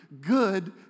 good